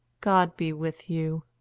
god be with you!